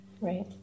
right